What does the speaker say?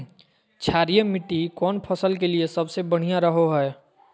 क्षारीय मिट्टी कौन फसल के लिए सबसे बढ़िया रहो हय?